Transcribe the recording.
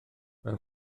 mewn